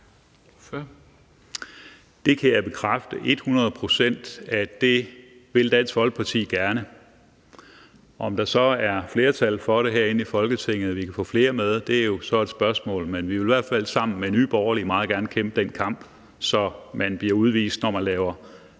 Jeg kan bekræfte et hundrede procent, at det vil Dansk Folkeparti gerne. Om der så er flertal for det herinde i Folketinget og vi kan få flere med, er jo så et spørgsmål, men vi vil i hvert fald sammen med Nye Borgerlige meget gerne kæmpe den kamp, så man bliver udvist, når man laver